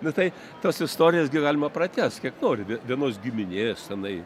nu tai tas istorijas gi galima pratęst kiek nori vienos giminės tenai